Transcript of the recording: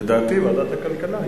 לדעתי, ועדת הכלכלה.